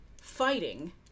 fighting